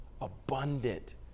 abundant